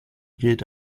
gilt